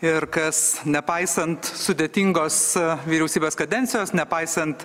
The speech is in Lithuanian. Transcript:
ir kas nepaisant sudėtingos vyriausybės kadencijos nepaisant